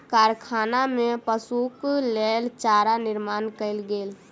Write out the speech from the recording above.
कारखाना में पशुक लेल चारा निर्माण कयल गेल